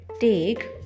take